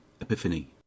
Epiphany